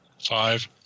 five